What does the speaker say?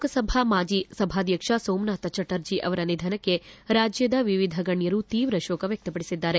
ಲೋಕಸಭಾ ಮಾಜಿ ಸಭಾಧ್ಯಕ್ಷ ಸೋಮನಾಥ್ ಚಟರ್ಜಿ ಅವರ ನಿಧನಕ್ಕೆ ರಾಜ್ಯದ ವಿವಿಧ ಗಣ್ಯರು ತೀವ್ರ ಶೋಕ ವ್ವಕ್ತಪಡಿಸಿದ್ದಾರೆ